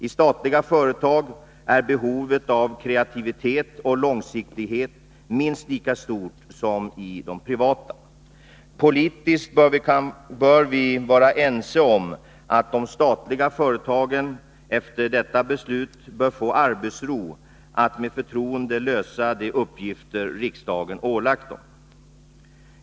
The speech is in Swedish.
I statliga företag är behovet av kreativitet och långsiktighet minst lika stort som i de privata. Politiskt bör vi vara ense om att de statliga företagen efter detta beslut bör få arbetsro att med förtroende lösa de uppgifter riksdagen ålagt dem.